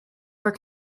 were